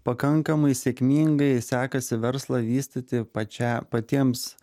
pakankamai sėkmingai sekasi verslą vystyti pačią patiems